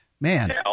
Man